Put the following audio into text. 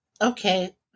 Okay